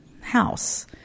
house